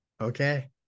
Okay